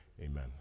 Amen